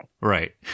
Right